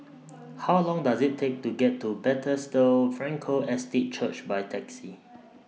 How Long Does IT Take to get to Bethesda Frankel Estate Church By Taxi